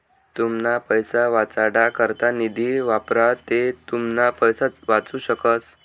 तुमना पैसा वाचाडा करता निधी वापरा ते तुमना पैसा वाचू शकस